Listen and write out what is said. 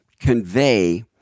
convey